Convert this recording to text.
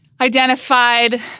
identified